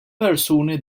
persuni